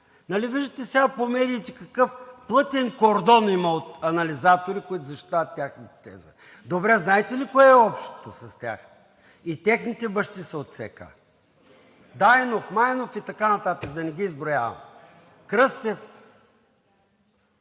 Нали виждате сега по медиите какъв плътен кордон има от анализатори, които защитават тяхната теза? Добре, знаете ли кое е общото с тях? И техните бащи са от ЦК – Дайнов, Майнов и така нататък, да не ги изброявам, Кръстев…